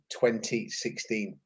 2016